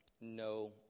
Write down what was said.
no